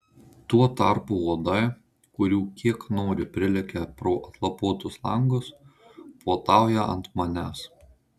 tuo tarpu uodai kurių kiek nori prilekia pro atlapotus langus puotauja ant manęs